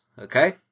Okay